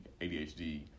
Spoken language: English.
ADHD